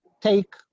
Take